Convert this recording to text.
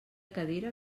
cadira